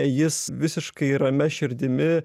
jis visiškai ramia širdimi